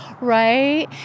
Right